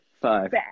Five